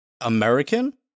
American